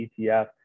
ETF